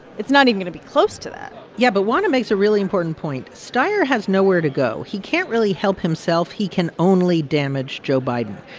it's not even going to be close to that yeah, but juana makes a really important point. steyer has nowhere to go. he can't really help himself. he can only damage joe biden.